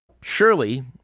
surely